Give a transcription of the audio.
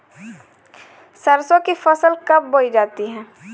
सरसों की फसल कब बोई जाती है?